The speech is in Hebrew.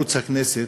בערוץ הכנסת,